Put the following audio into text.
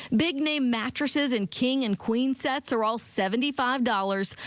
big name mattresses in king in queen sets are all seventy five dollars.